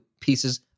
pieces